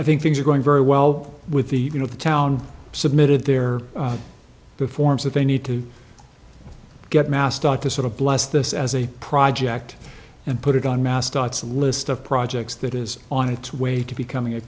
i think things are going very well with the you know the town submitted their the forms that they need to get mass start to sort of bless this as a project and put it on mascots a list of projects that is on its way to becoming a